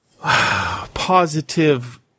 positive